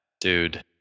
Dude